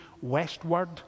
westward